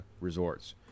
resorts